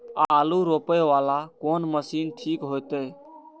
आलू रोपे वाला कोन मशीन ठीक होते?